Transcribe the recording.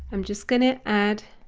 i'm just going to add